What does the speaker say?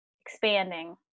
expanding